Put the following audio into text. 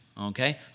okay